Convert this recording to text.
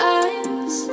eyes